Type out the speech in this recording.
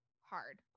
hard